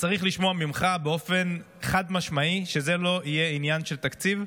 צריך לשמוע ממך באופן חד-משמעי שזה לא יהיה עניין של תקציב,